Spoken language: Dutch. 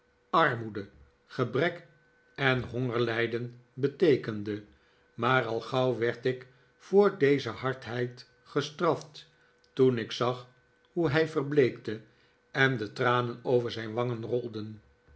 armoede gebrek en hongerlijden beteekende maar al gauw werd ik voor deze hardheid gestraft toen ik zag hoe hij verbleekte en de tranen over zijn wangen rolden